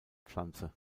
pflanzen